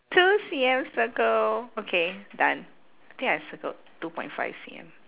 two C_M circle okay done I think I circled two point five C_M